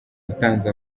utanze